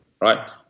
right